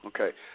Okay